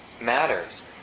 matters